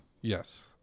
Yes